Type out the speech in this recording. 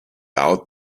out